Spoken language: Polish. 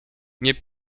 nie